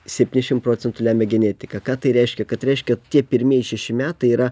septyniasdešim procentų lemia genetika ką tai reiškia kad reiškia tie pirmieji šeši metai yra